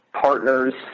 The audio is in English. partners